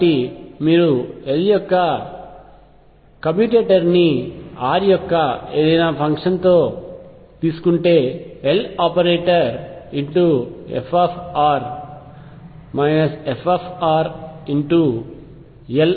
కాబట్టి మీరు L యొక్క కమ్యుటేటర్ ని r యొక్క ఏదైనా ఫంక్షన్తో తీసుకుంటే Loperatorf fLoperator